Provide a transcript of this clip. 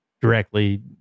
directly